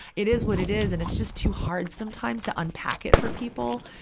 it is what it is. and it's just too hard sometimes to unpack it for people,